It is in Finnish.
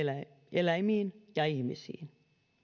eläimiin ja ihmisiin